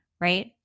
right